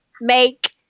make